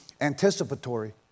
anticipatory